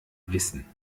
wissen